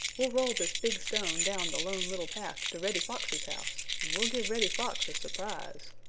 we'll roll this big stone down the lone little path to reddy fox's house and we'll give reddy fox a surprise.